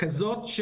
כזאת,